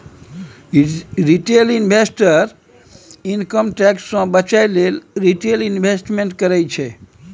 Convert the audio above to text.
retail investor income tax सँ बचय लेल रिटेल इंवेस्टमेंट करय छै